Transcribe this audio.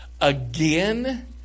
again